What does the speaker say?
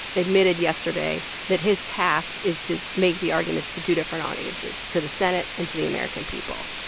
admitted yesterday that his task is to make the arguments to two different audiences to the senate and to the american people.